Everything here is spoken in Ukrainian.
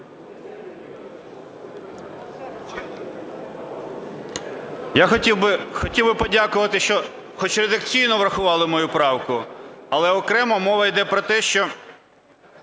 Я хотів би подякувати, що хоч редакційно врахували мою правку. Але окремо мова йде про те, що…